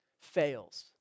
fails